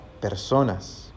personas